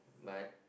but